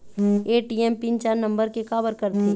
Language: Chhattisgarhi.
ए.टी.एम पिन चार नंबर के काबर करथे?